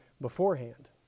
beforehand